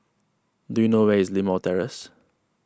do you know where is Limau Terrace